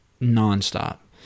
non-stop